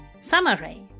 Summary